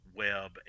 web